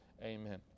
Amen